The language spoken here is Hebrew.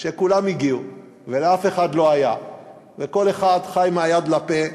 כשכולם הגיעו ולאף אחד לא היה וכל אחד חי מהיד לפה,